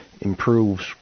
improves